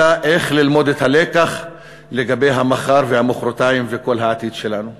אלא איך ללמוד את הלקח לגבי המחר ומחרתיים וכל העתיד שלנו.